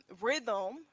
rhythm